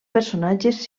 personatges